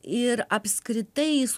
ir apskritai jis